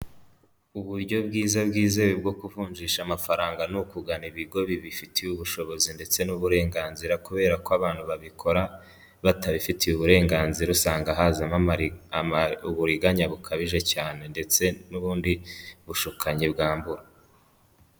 Uburyo bwiza bwizewe bwo kuvunjisha amafaranga, ni ukugana ibigo bibifitiye ubushobozi ndetse n'uburenganzira kubera ko abantu babikora, batabifitiye uburenganzira usanga hazamo uburiganya bukabije cyane, ndetse n'ubundi bushukanyi bwambura.